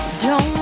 to